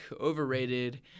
overrated